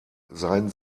seien